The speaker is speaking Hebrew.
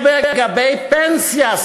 לגבי פנסיה,